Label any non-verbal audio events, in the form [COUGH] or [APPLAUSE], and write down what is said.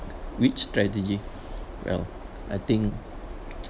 which strategy well I think [NOISE]